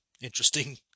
interesting